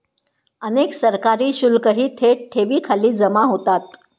अनेक सरकारी शुल्कही थेट ठेवींखाली जमा होतात